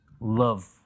love